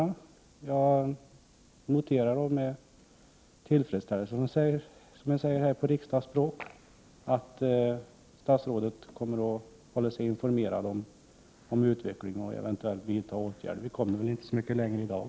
Jag noterar med tillfredsställelse, som det sägs på riksdagsspråk, att statsrådet kommer att hålla sig informerad om utvecklingen och att statsrådet eventuellt kommer att vidta åtgärder. Vi kommer väl inte så mycket längre i dag.